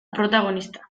protagonista